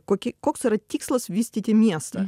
kokį koks yra tikslas vystyti miestą